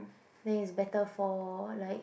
then is better for like